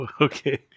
okay